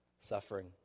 Suffering